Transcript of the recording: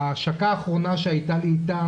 ההשקה האחרונה שהייתה לי איתם,